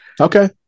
Okay